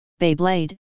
Beyblade